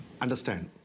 ...understand